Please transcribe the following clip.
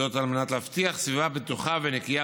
וזאת על מנת להבטיח סביבה בטוחה ונקייה